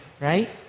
right